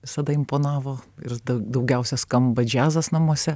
visada imponavo ir daugiausia skamba džiazas namuose